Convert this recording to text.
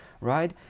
right